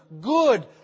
good